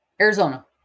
Arizona